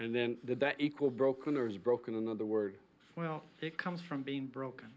and then the back equal broken or is broken another word well it comes from being broken